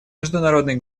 международной